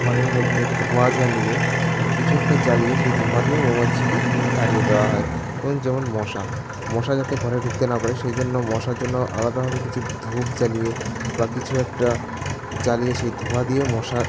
ঘরের মধ্যে ধোঁয়া জ্বালিয়ে কিছু একটা জ্বালিয়ে সেই ধোঁয়া দিয়ে মৌমাছিকে তাড়িয়ে দেওয়া হয় ধরুন যেমন মশা মশা যাতে ঘরে ঢুকতে না পারে সেই জন্য মশার জন্য আলাদাভাবে কিছু ধূপ জ্বালিয়ে বা কিছু একটা জ্বালিয়ে সেই ধোঁয়া দিয়ে মশা